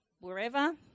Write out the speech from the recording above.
wherever